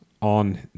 on